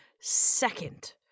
second